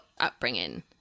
upbringing